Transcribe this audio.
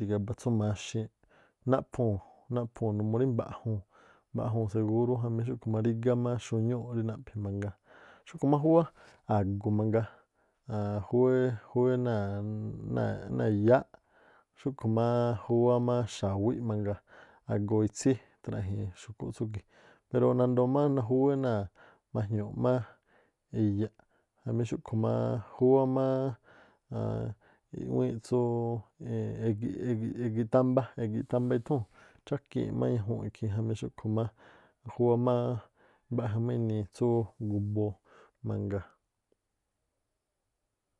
ri̱gaba tsú maxiinꞌ, naꞌphuu̱n numuu rí mba̱ꞌjuu̱n mba̱ꞌjuu̱n segúrú jamí xúꞌkhu̱ má rigá xuñúu̱ꞌ rí naꞌphi̱ mangaa. Xúꞌkhu̱ má júwá a̱gu̱ mangaa aan júwé náa̱- náa̱- iyááꞌ. Xúꞌkhu̱ má júwá xa̱wíꞌ mangaa agoo itsí traꞌjii̱n xkúꞌ tsúgi̱ꞌ pero nandoo má najúwé náa̱ majñu̱u̱ꞌ má iyaꞌ. Jamí xúꞌkhu máá júwá má i̱ꞌwíínꞌ tsúú e̱gi̱ꞌ-e̱gi̱ꞌ- e̱gi̱ꞌ- tamba e̱gi̱ꞌ tamba ithúu̱n chákii̱n má ñajúu̱n ikhii̱n jamí xúꞌkhu̱ má júwá máá mbaꞌja má inii tsú gu̱boo mangaa.